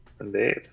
Indeed